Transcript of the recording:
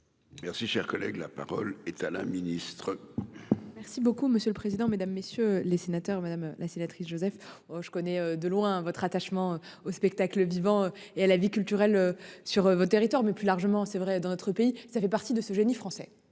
Merci, cher collègue, la parole est à la ministre. Merci beaucoup monsieur le président, Mesdames, messieurs les sénateurs, madame la sénatrice Joseph je connais de loin votre attachement au spectacle vivant et à la vie culturelle sur votre territoire. Mais plus largement c'est vrai dans notre pays. Ça fait partie de ce génie français